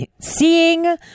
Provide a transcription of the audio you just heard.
seeing